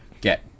get